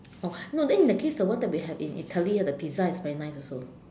oh no then in that case the one that we had in Italy the Pizza is very nice also